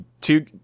two